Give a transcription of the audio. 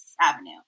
avenue